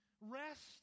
Rest